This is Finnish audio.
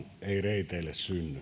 ei reiteille synny vrn